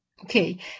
Okay